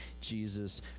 Jesus